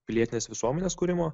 pilietinės visuomenės kūrimo